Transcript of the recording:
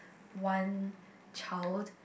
one child